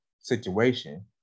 situation